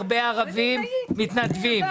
ראיתי הרבה ערבים שמתנדבים.